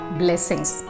blessings